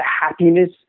happiness